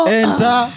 enter